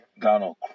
Donald